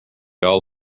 all